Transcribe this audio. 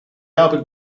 album